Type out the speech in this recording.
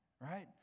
right